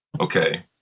okay